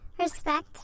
respect